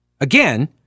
Again